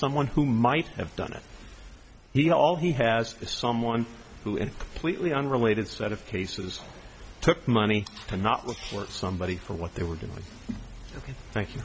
someone who might have done it he all he has is someone who and completely unrelated set of cases took money to not report somebody for what they were doing ok thank you